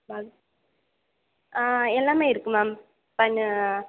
பா எல்லாமே இருக்குது மேம் பன்னு